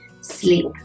sleep